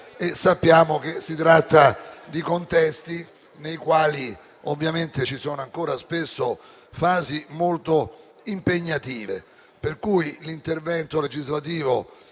Sappiamo che si tratta di contesti nei quali spesso ci sono ancora fasi molto impegnative, per cui l’intervento legislativo